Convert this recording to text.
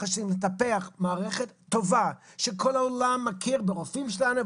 השנים לטפח מערכת טובה שכל העולם מכיר ברופאים שלנו,